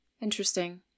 Interesting